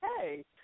hey